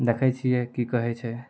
देखै छियै की कहै छै